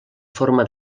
forma